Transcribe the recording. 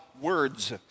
words